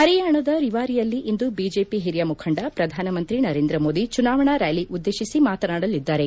ಪರಿಯಾಣದ ರಿವಾರಿಯಲ್ಲಿ ಇಂದು ಬಿಜೆಪಿ ಹಿರಿಯ ಮುಖಂಡ ಪ್ರಧಾನಮಂತ್ರಿ ನರೇಂದ್ರ ಮೋದಿ ಚುನಾವಣಾ ರ್ತಾಲಿ ಉದ್ದೇಶಿಸಿ ಮಾತನಾಡಲಿದ್ದಾರೆ